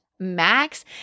max